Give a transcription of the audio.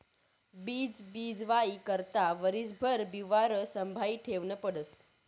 बीज बीजवाई करता वरीसभर बिवारं संभायी ठेवनं पडस